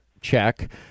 check